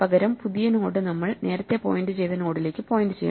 പകരം പുതിയ നോഡ് നമ്മൾ നേരത്തെ പോയിന്റ് ചെയ്ത നോഡിലേക്ക് പോയിന്റ് ചെയ്യണം